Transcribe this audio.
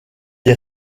des